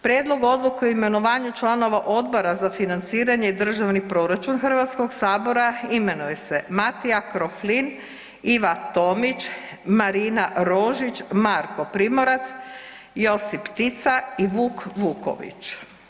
Prijedlog odluke o imenovanju članova Odbora za financiranje i državni proračun Hrvatskog sabora imenuju se Matija Kroflin, Iva Tomić, Marina Rožić, Marko Primorac, Josip Tica i Vuk Vuković.